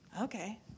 Okay